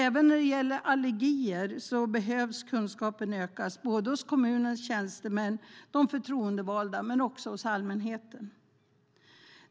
Även när det gäller allergier behöver kunskapen ökas både hos kommunens tjänstemän och förtroendevalda men också hos allmänheten.